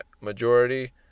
majority